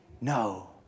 No